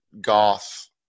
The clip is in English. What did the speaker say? goth